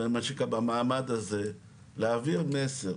במעמד הזה, להעביר מסר,